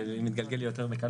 זה מתגלגל לי יותר בקלות.